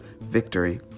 victory